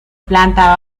planta